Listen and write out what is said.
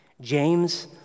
James